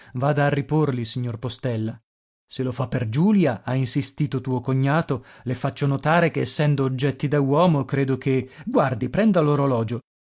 vada a riporli signor postella se lo fa per giulia ha insistito tuo cognato le faccio notare che essendo oggetti da uomo credo che guardi prenda